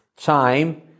time